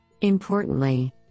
Importantly